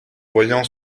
voyant